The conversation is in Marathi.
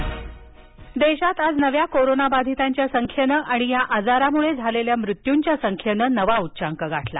कोविड राष्ट्रीय देशात आज नव्या कोरोनाबाधितांच्या संख्येनं आणि या आजारामुळे झालेल्या मृत्यूंच्या संख्येनं नवा उच्चांक गाठला